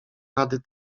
rady